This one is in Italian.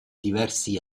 diversi